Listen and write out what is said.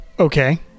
Okay